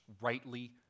rightly